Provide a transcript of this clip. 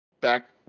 back